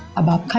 about